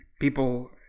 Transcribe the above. people